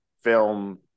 film